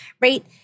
right